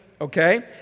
okay